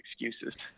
excuses